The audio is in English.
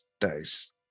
dice